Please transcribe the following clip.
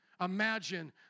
imagine